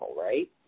right